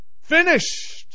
Finished